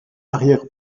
arrière